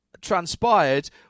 transpired